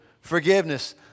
forgiveness